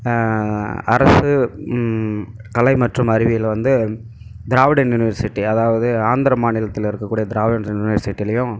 அரசு கலை மற்றும் அறிவியல் வந்து திராவிடன் யூனிவர்சிட்டி அதாவது ஆந்திர மாநிலத்தில் இருக்க கூடிய திராவிட யூனிவர்சிட்டிலையும்